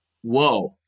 whoa